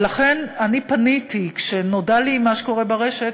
ולכן אני פניתי, כשנודע לי מה שקורה ברשת,